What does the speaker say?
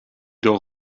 door